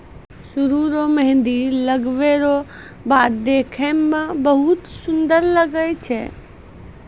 सरु रो मेंहदी लगबै रो बाद देखै मे बहुत सुन्दर लागै छै